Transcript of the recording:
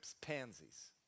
pansies